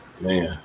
Man